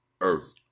earth